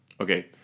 Okay